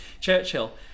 Churchill